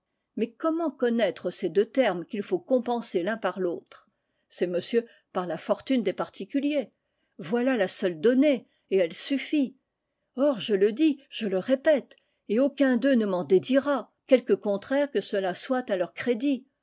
mais comment connaître ces deux termes qu'il faut compenser l'un par l'autre c'est monsieur par la fortune des particuliers voilà la seule donnée et elle suffit or je le dis je le répète et aucun d'eux ne m'en dédira quelque contraire que cela soit à leur crédit